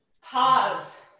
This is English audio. Pause